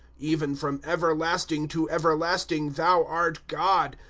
even from everlasting to everlasting thou art god.